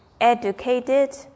educated